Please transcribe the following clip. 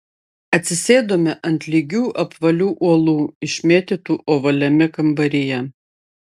atsisėdome ant lygių apvalių uolų išmėtytų ovaliame kambaryje